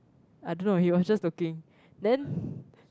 I don't know he was just looking then